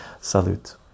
Salute